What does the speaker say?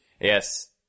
Yes